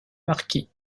marquis